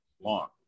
long